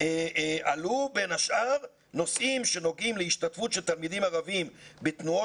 עלו בין השאר נושאים שנוגעים להשתתפות של תלמידים ערבים בתנועות